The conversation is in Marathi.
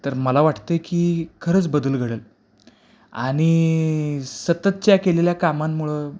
तर मला वाटतं की खरंच बदल घडल आनि सततच्या केलेल्या कामांमुळं